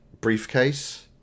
briefcase